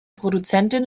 produzentin